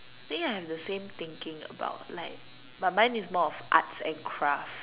I think I have the same thinking about like but mine is more of arts and craft